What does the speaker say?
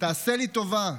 תעשה לי טובה,